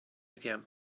began